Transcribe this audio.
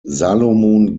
salomon